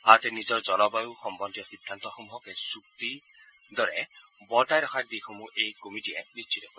ভাৰতে নিজৰ জলবায়ু সম্বন্ধীয় সিদ্ধান্তসমূহক এই বুজাবুজি চুক্তিৰ দৰে বৰ্তাই ৰখাৰ দিশসমূহ এই কমিটীয়ে নিশ্চিত কৰিব